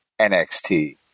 NXT